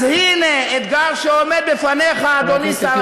אז הנה אתגר שעומד בפניך, אדוני שר הפנים.